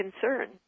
concern